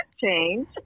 change